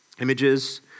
images